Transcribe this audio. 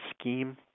scheme